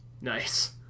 Nice